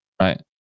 right